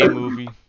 movie